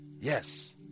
Yes